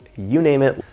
you name it.